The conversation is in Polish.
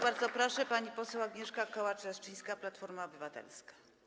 Bardzo proszę, pani poseł Agnieszka Kołacz-Leszczyńska, Platforma Obywatelska.